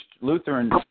Lutheran